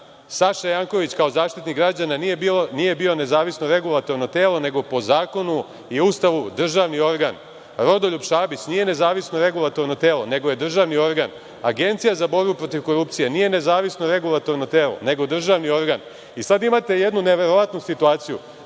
Janković kao Zaštitnik građana nije bio nezavisno regulatorno telo, nego po zakonu i Ustavu državni organ. Rodoljub Šabić nije nezavisno regulatorno telo, nego je državni organ. Agencija za borbu protiv korupcije nije nezavisno regulatorno telo, nego državni organ. Sad imate jednu neverovatno situaciju